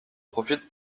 profite